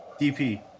DP